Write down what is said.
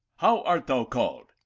how art thou called?